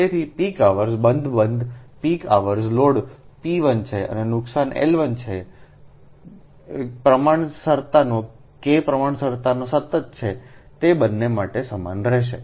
તેથી peak hours બંધ બંધ પીક અવર્સ લોડ p1 છે અને નુકસાન L1 છે આ K પ્રમાણસરતાનો સતત છે તે બંને માટે સમાન રહેશે